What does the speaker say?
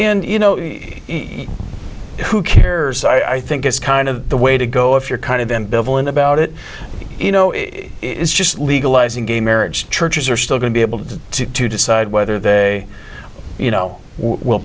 n you know who cares so i think it's kind of the way to go if you're kind of ambivalent about it you know it is just legalizing gay marriage churches are still going to be able to decide whether they you know w